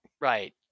Right